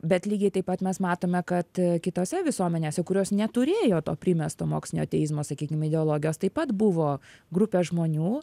bet lygiai taip pat mes matome kad kitose visuomenėse kurios neturėjo to primesto mokslinio ateizmo sakykim ideologijos taip pat buvo grupė žmonių